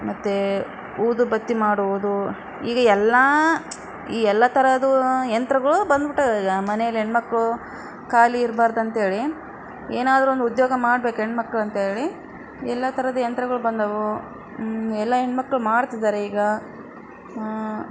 ಮತ್ತೆ ಊದುಬತ್ತಿ ಮಾಡುವುದು ಈಗ ಎಲ್ಲ ಈ ಎಲ್ಲ ಥರದ್ದು ಯಂತ್ರಗಳು ಬಂದ್ಬಿಟವೆ ಈಗ ಮನೇಲಿ ಹೆಣ್ಮಕ್ಳು ಖಾಲಿ ಇರ್ಬಾರ್ದು ಅಂತೇಳಿ ಏನಾದ್ರು ಒಂದು ಉದ್ಯೋಗ ಮಾಡ್ಬೇಕು ಹೆಣ್ಮಕ್ಳ್ ಅಂತೇಳಿ ಎಲ್ಲ ಥರದ್ದು ಯಂತ್ರಗಳು ಬಂದವು ಎಲ್ಲ ಹೆಣ್ಮಕ್ಳು ಮಾಡ್ತಿದ್ದಾರೆ ಈಗ